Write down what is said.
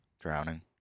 Drowning